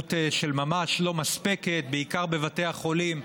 התקדמות של ממש, לא מספקת, בעיקר בבתי חולים,